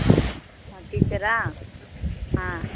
ஆ டீச்சரா ஆ